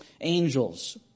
angels